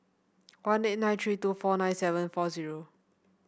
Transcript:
one eight nine three two four nine seven four zero